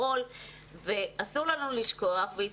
זה עולם שלם מאחורי כל אומן שעולה לבמה אני שמחה על